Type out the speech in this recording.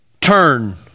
turn